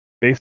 based